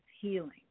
Healing